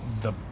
the-